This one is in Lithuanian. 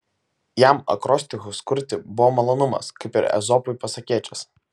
jam akrostichus kurti buvo malonumas kaip ir ezopui pasakėčias